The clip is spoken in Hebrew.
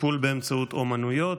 טיפול באמצעות אומנויות),